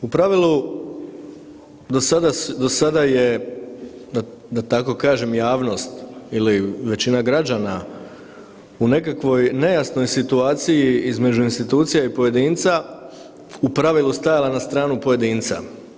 U pravilu do sada je da tako kažem javnost ili većina građana u nekakvoj nejasnoj situaciji između institucija i pojedinca u pravilu stajala na stranu pojedinca.